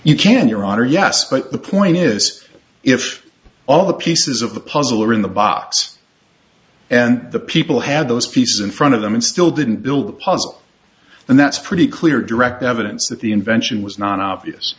you can your honor yes but the point is if all the pieces of the puzzle are in the box and the people had those pieces in front of them and still didn't build the puzzle and that's pretty clear direct evidence that the invention was not obvious